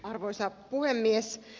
arvoisa puhemies